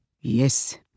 Yes